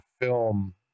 film